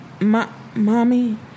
Mommy